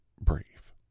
brave